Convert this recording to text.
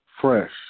fresh